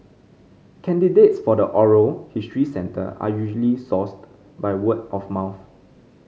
candidates for the oral history centre are usually sourced by word of mouth